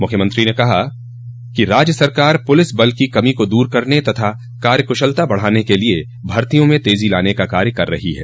मुख्यमंत्री ने कहा कि राज्य सरकार पुलिस बल की कमी को दूर करने तथा कार्यकुशलता बढ़ाने के लिए भर्तियों में तेजी लाने का कार्य कर रही है